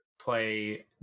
play